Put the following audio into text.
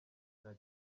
nta